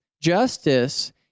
Justice